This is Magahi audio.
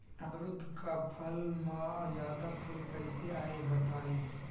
अमरुद क फल म जादा फूल कईसे आई बताई?